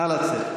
נא לצאת.